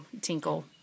tinkle